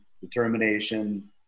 determination